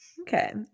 Okay